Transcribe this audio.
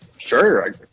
Sure